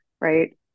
Right